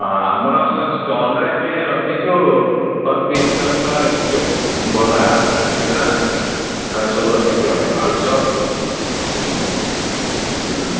ହଁ ଆମର ଷ୍ଟଲ୍ରେ ଆମେ ରଖିଛୁ ପର ପିସ୍ ଦଶ ଟଙ୍କା ରଖିଛୁ ବରା ସିଙ୍ଗଡ଼ା ସବୁ ରଖିଛୁ ଆମେ ଆଳୁଚପ ହୁଁ ହୁଁ